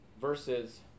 versus